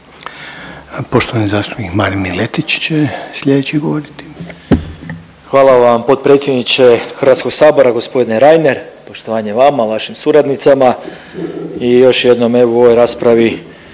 Poštovani zastupnik Marin Miletić će slijedeći govoriti. **Miletić, Marin (MOST)** Hvala vam potpredsjedniče Hrvatskog sabora gospodine Reiner, poštovanje vama, vašim suradnicama i još jednom evo u ovoj raspravi